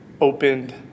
opened